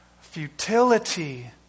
futility